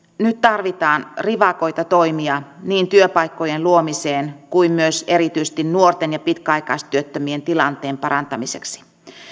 nyt tarvitaan rivakoita toimia niin työpaikkojen luomiseksi kuin myös erityisesti nuorten ja pitkäaikaistyöttömien tilanteen parantamiseksi